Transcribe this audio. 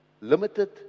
limited